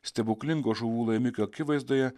stebuklingo žuvų laimikio akivaizdoje